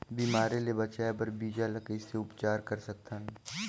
बिमारी ले बचाय बर बीजा ल कइसे उपचार कर सकत हन?